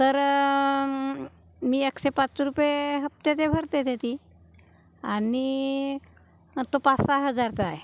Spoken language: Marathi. तर मी एकशे पाच रुपये हप्त्याचे भरते त्याची आणि तो पाच सहा हजारचा आहे